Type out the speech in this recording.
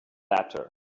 letter